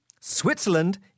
Switzerland